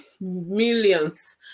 millions